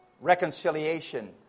reconciliation